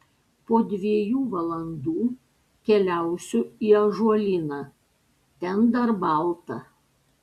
po dviejų valandų keliausiu į ąžuolyną ten dar balta